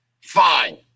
fine